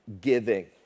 giving